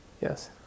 Yes